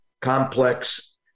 complex